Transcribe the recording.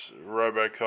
RoboCop